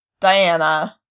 Diana